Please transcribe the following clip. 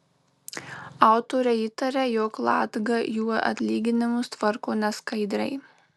autoriai įtaria jog latga jų atlyginimus tvarko neskaidriai